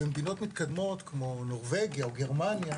במדינות מתקדמות כמו נורבגיה או גרמניה,